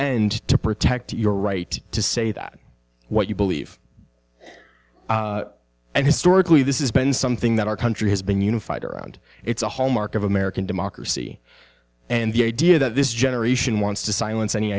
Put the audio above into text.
end to protect your right to say that what you believe and historically this is been something that our country has been unified around it's a hallmark of american democracy and the idea that this generation wants to silence any